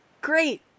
Great